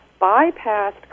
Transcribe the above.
bypassed